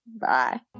Bye